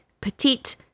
petite